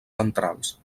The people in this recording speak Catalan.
centrals